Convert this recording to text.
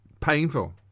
painful